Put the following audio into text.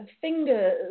fingers